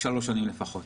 שלוש שנים לפחות.